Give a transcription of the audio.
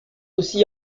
aussi